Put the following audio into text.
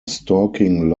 stalking